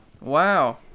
Wow